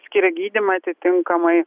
skiria gydymą atitinkamai